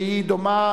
שהיא דומה.